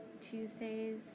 tuesdays